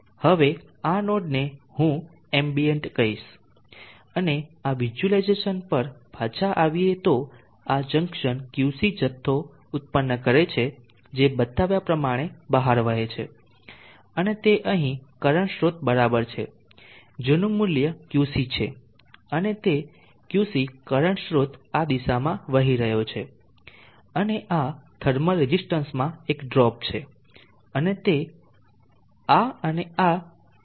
હવે આ નોડને હું એમ્બિયન્ટ કહીશ અને આ વિઝ્યુલાઇઝેશન પર પાછા આવી એ તો આ જંકશન QC જથ્થો ઉત્પન્ન કરે છે જે બતાવ્યા પ્રમાણે બહાર વહે છે અને તે અહીં કરંટ સ્ત્રોત બરાબર છે જેનું મૂલ્ય QC છે અને તે QC કરંટ સ્રોત આ દિશામાં વહી રહ્યો છે અને આ થર્મલ રેઝીસ્ટન્સમાં એક ડ્રોપ છે અને તે આ અને આ વચ્ચેનો તાપમાનનો તફાવત છે